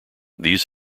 these